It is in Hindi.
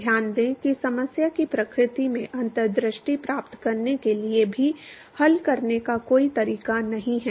ध्यान दें कि समस्या की प्रकृति में अंतर्दृष्टि प्राप्त करने के लिए भी हल करने का कोई तरीका नहीं है